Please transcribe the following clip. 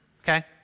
Okay